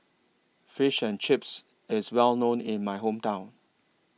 Fish and Chips IS Well known in My Hometown